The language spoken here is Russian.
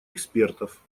экспертов